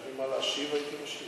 אם היה לי מה להשיב, הייתי משיב.